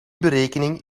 berekening